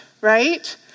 right